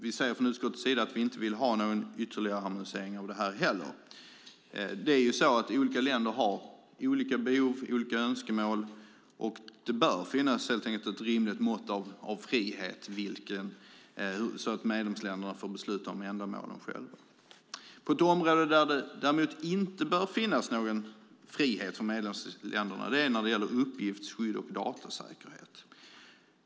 Vi säger från utskottets sida att vi inte vill ha någon ytterligare harmonisering av detta heller. Olika länder har olika behov och önskemål, och det bör finnas ett rimligt mått av frihet för medlemsländerna att själva besluta om ändamålen. Det bör däremot inte finnas någon frihet för medlemsländerna när det gäller uppgiftsskydd och datasäkerhet.